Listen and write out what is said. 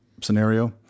scenario